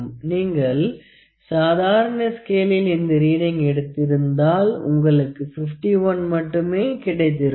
நீங்கள் சாதாரண ஸ்கேலிள் இந்த ரீடிங் எடுத்திருந்தால் உங்களுக்கு 51 மட்டுமே கிடைத்திருக்கும்